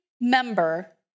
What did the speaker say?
member